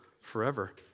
forever